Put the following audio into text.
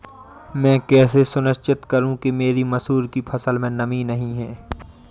मैं कैसे सुनिश्चित करूँ कि मेरी मसूर की फसल में नमी नहीं है?